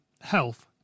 health